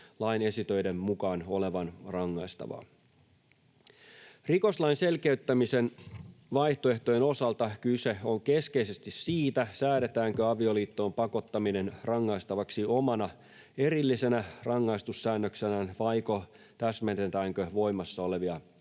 lain esitöiden mukaan olevan rangaistavaa. Rikoslain selkeyttämisen vaihtoehtojen osalta kyse on keskeisesti siitä, säädetäänkö avioliittoon pakottaminen rangaistavaksi omana erillisenä rangaistussäännöksenään vai täsmennetäänkö voimassa olevia